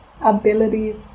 abilities